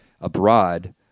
abroad